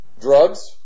Drugs